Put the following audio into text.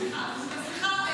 סליחה.